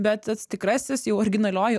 bet tas tikrasis jau originalioji